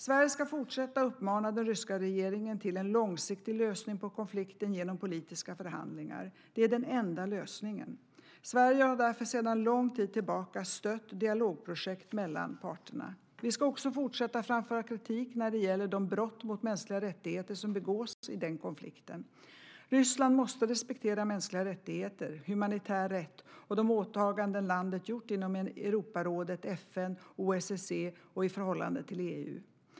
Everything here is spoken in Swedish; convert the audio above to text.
Sverige ska fortsätta uppmana den ryska regeringen till en långsiktig lösning på konflikten genom politiska förhandlingar. Det är den enda lösningen. Sverige har därför sedan lång tid tillbaka stött dialogprojekt mellan parterna. Vi ska också fortsätta framföra kritik när det gäller de brott mot mänskliga rättigheter som begås i denna konflikt. Ryssland måste respektera mänskliga rättigheter, humanitär rätt och de åtaganden landet gjort inom Europarådet, FN, OSSE och i förhållande till EU.